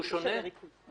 והוא שונה.